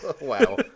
Wow